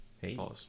Hey